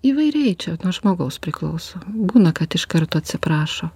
įvairiai čia nuo žmogaus priklauso būna kad iš karto atsiprašo